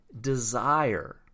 desire